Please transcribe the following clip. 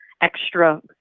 extra